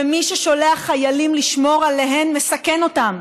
ומי ששולח חיילים לשמור עליהן מסכן אותם,